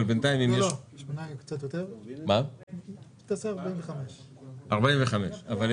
יש